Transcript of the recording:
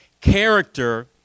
character